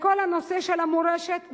לכל הנושא של המורשת,